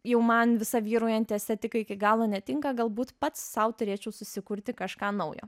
jau man visa vyraujanti estetika iki galo netinka galbūt pats sau turėčiau susikurti kažką naujo